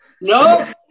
No